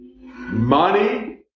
Money